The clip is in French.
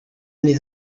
les